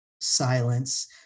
silence